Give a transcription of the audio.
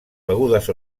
begudes